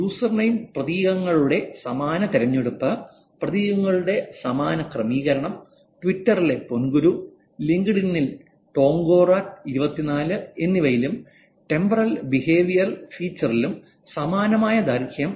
username പ്രതീകങ്ങളുടെ സമാന തിരഞ്ഞെടുപ്പ് പ്രതീകങ്ങളുടെ സമാന ക്രമീകരണം ട്വിറ്ററിലെ പോങ്കുരു ലിങ്ക്ഡ്ഇനിൽ ടോങ്കോറ 24 എന്നിവയിലും ടെമ്പറൽ ബിഹേവിയറൽ ഫീച്ചറിലും സമാനമായ ദൈർഘ്യം